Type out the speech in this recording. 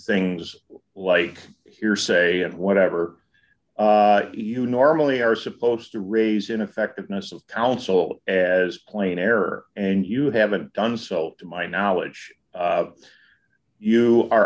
things like hearsay and whatever you normally are supposed d to raise ineffectiveness of counsel as plain error and you haven't done so to my knowledge you are